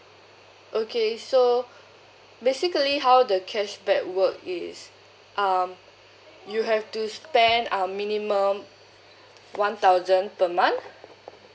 okay so basically how the cashback work is um you have to spend um minimum one thousand per month